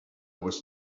was